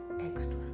extra